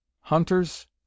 Hunters